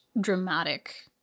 dramatic